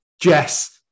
Jess